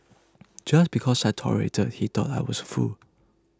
just because I tolerated he thought I was a fool